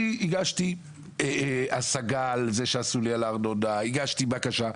אני הגשתי השגה על הארנונה והגשתי בקשה,